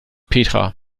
petra